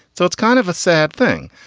so it's kind of a sad thing.